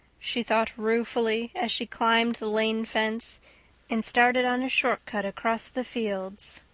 she thought ruefully, as she climbed the lane fence and started on a short cut across the fields,